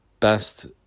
Best